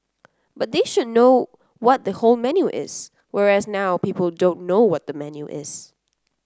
but they should know what the whole menu is whereas now people don't know what the menu is